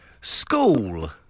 School